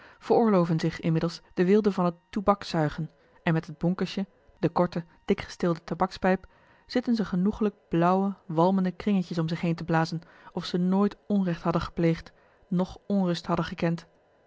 veroorloven zich inmiddels de weelde van het toeback suygen en met het bonkesje de korte dikgesteelde tabakspijp zitten ze genoegelijk blauwe walmende kringetjes om zich heen te blazen of ze nooit onrecht hadden gepleegd noch onrust hadden gekend